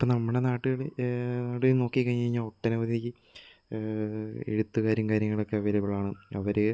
ഇപ്പം നമ്മുടെ നാട്ടില് എവിടെയും നോക്കി കഴിഞ്ഞ് കഴിഞ്ഞാൽ ഒട്ടനവധി എഴുത്തുകാരും കാര്യങ്ങളൊക്കെ അവൈലബിൾ ആണ് അവര്